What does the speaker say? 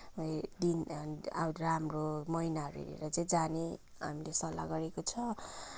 भए दिन अब राम्रो महिनाहरू हेरेर चाहिँ जाने हामीले सल्लाह गरेको छ